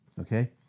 okay